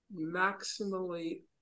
maximally